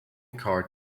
car